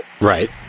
Right